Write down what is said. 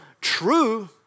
true